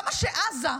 למה שעזה,